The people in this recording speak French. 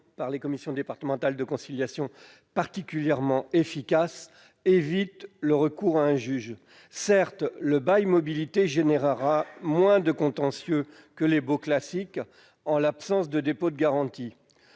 par les commissions départementales de conciliation, particulièrement efficace, évite le recours à un juge. Certes, le bail mobilité induira moins de contentieux que les baux classiques en l'absence de dépôt de garantie